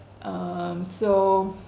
um so